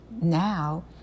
now